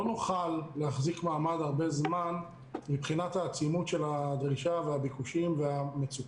לא נוכל להחזיק מעמד הרבה זמן מבחינת עצימות הדרישה והביקושים והמצוקות.